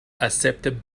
accepted